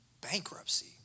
Bankruptcy